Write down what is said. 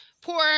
poor